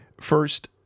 First